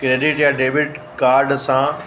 credit या debit card सां